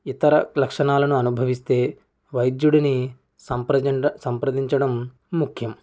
ఇతర లక్షణాలను అనుభవిస్తే వైద్యుడిని సంప్రజెండా సంప్రదించడం ముఖ్యం